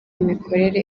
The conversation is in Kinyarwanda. imikorere